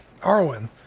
Arwen